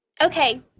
Okay